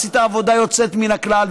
עשית עבודה יוצאת מן הכלל,